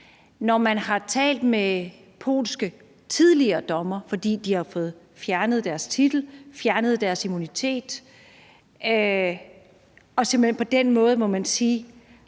Når man har talt med polske tidligere dommere, fordi de har fået fjernet deres titel, fjernet deres immunitet, må man på den måde simpelt hen sige,